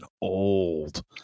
old